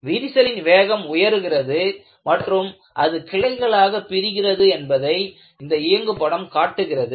விரிசலின் வேகம் உயருகிறது மற்றும் அது கிளைகளாக பிரிகிறது என்பதை இந்த இயங்கு படம் காட்டுகிறது